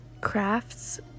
crafts